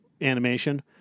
animation